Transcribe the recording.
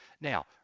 Now